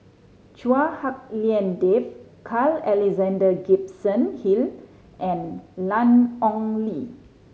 Chua Hak Lien Dave Carl Alexander Gibson Hill and Ian Ong Li